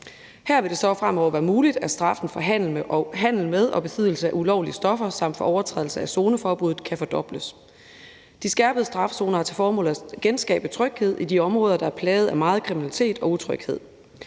Her vil det så fremover være muligt at fordoble straffen for handel med og besiddelse af ulovlige stoffer og for overtrædelse af zoneforbuddet. De målrettede skærpede strafzoner har til formål at genskabe tryghed i de områder, der er plaget af meget kriminalitet og utryghed.